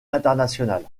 internationale